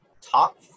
Top